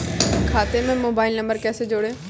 खाते से mobile number कैसे जोड़ें?